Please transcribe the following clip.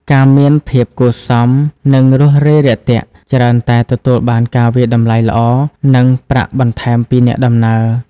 ការមានភាពគួរសម និងរួសរាយរាក់ទាក់ ច្រើនតែទទួលបានការវាយតម្លៃល្អ និងប្រាក់បន្ថែមពីអ្នកដំណើរ។